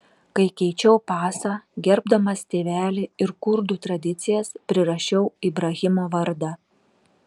kai keičiau pasą gerbdamas tėvelį ir kurdų tradicijas prirašiau ibrahimo vardą